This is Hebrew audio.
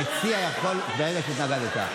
המציע יכול, בגלל שהתנגדת.